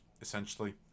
essentially